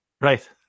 Right